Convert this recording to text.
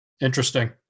Interesting